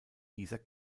dieser